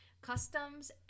customs